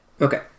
Okay